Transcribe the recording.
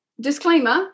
disclaimer